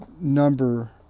number